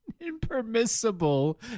impermissible